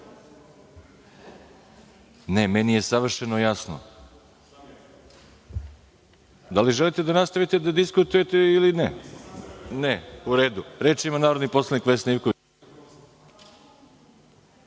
vam nije jasno.)Da li želite da nastavite da diskutujete ili ne? (Ne.) U redu. Reč ima narodni poslanik Vesna Ivković.